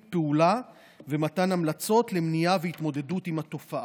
פעולה ומתן המלצות למניעה ולהתמודדות עם התופעה.